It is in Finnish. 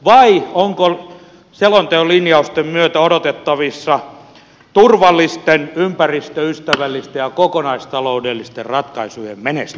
vai onko selonteon linjausten myötä odotettavissa turvallisten ympäristöystävällisten ja kokonaistaloudellisten ratkaisujen menestyminen